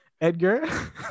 Edgar